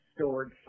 stored